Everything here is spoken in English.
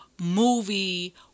movie